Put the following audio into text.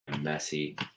messy